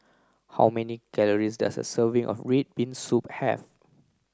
how many calories does a serving of red bean soup have